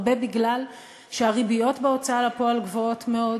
הרבה מפני שהריביות בהוצאה לפועל גבוהות מאוד,